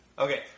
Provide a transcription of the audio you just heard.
Okay